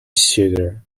sugar